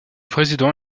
président